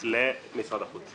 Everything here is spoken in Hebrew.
למשרד החוץ.